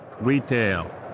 retail